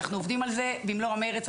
אנחנו עובדים על זה במלוא המרץ.